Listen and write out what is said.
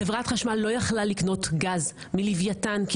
חברת חשמל לא יכלה לקנות גז מלווייתן כי